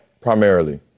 primarily